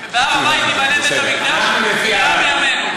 בהר-הבית ייבנה בית-המקדש במהרה בימינו,